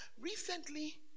Recently